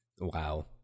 Wow